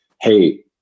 Hey